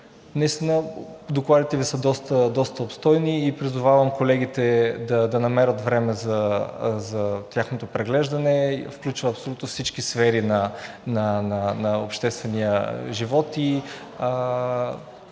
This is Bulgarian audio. докладите Ви са доста обстойни и призовавам колегите да намерят време за тяхното преглеждане, те включват абсолютно всички сфери на обществения живот